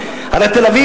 בתל-אביב.